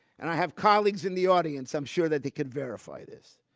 and i have colleagues in the audience i'm sure that they could verify this.